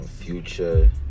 Future